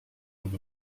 lub